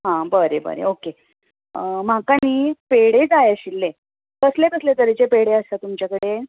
आं बरें बरें ओके म्हाका न्हय पेडे जाय आशिल्ले कसलें कसलें तरेचें पेडे आसता तुमच्या कडेन